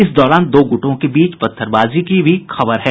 इस दौरान दो गुटों के बीच पत्थरबाजी की भी खबर है